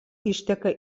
išteka